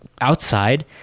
outside